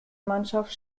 mannschaft